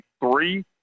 three